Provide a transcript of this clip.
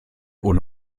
ohne